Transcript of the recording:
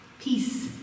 peace